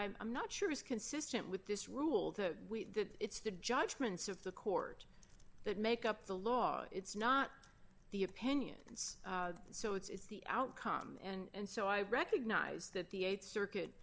i'm not sure is consistent with this rule to it's the judgments of the court that make up the law it's not the opinions so it's the outcome and so i recognize that the eight circuit